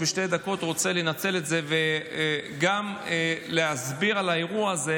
בשתי דקות רוצה לנצל את זה גם כדי להסביר על האירוע הזה